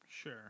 Sure